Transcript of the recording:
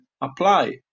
apply